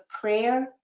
prayer